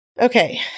Okay